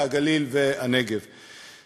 הנגב והגליל.